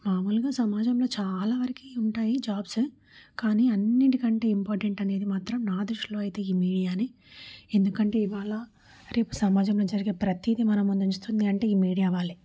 మామూలుగా సమాజంలో చాలా వరకి ఉంటాయి జాబ్స్ కానీ అన్నిటికంటే ఇంపార్టెంట్ అనేది మాత్రం నా దృష్టిలో అయితే ఈ మీడియానే ఎందుకంటే ఇవ్వాలా రేపు సమాజంలో జరిగే ప్రతీది మన ముందు ఉంచుతుంది అంటే ఈ మీడియా వాళ్ళే